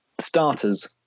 Starters